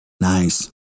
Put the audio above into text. Nice